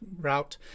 route